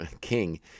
king